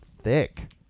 thick